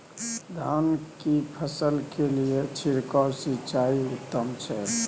धान की फसल के लिये छिरकाव सिंचाई उत्तम छै?